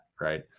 right